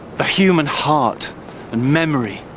the human heart and memory,